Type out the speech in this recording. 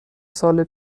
سال